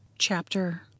chapter